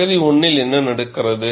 பகுதி 1 இல் என்ன நடக்கிறது